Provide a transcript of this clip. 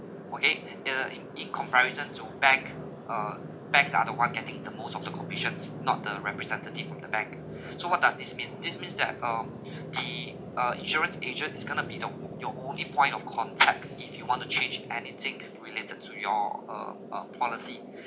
okay the in in comparison to bank uh bank are the one getting the most of the commissions not the representative from the bank so what does this mean this means that um the uh insurance agent is going to be the o~ the only point of contact if you want to change anything related to your uh uh policy